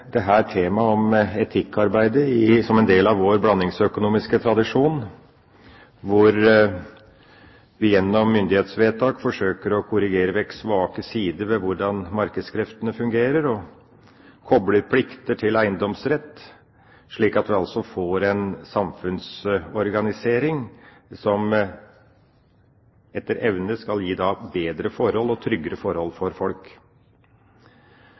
temaet om etikkarbeidet som en del av vår blandingsøkonomiske tradisjon, hvor vi gjennom myndighetsvedtak forsøker å korrigere vekk svake sider ved hvordan markedskreftene fungerer og kopler plikter til eiendomsrett, slik at vi altså får en samfunnsorganisering som etter evne skal gi bedre og tryggere forhold for folk.